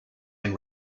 and